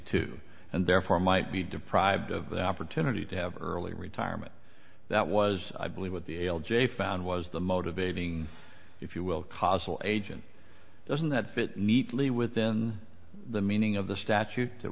two and therefore might be deprived of the opportunity to have early retirement that was i believe what the l j found was the motivating if you will cause an agent doesn't that fit neatly within the meaning of the statute that